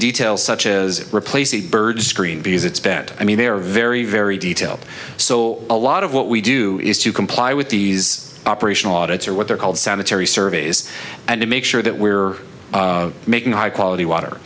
details such as replace the bird screen because it's bent i mean they are very very detailed so a lot of what we do is to comply with these operational audits or what they're called sanitary surveys and to make sure that we're making high quality water